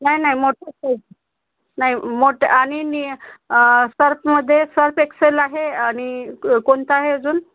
नाही नाही मोठेच पाहिजे नाही मोठे आणि नी सर्पमध्ये सर्प एक्सेल आहे आणि क कोणता आहे अजून